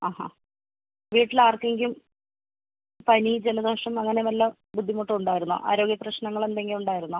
അ അ വീട്ടിൽ ആർക്കെങ്കിലും പനി ജലദോഷം അങ്ങനെ വല്ല ബുദ്ധിമുട്ടും ഉണ്ടായിരുന്നോ ആരോഗ്യപ്രശ്ങ്ങൾ എന്തെങ്കിലും ഉണ്ടായിരുന്നോ